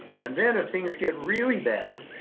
and then if things get really bad,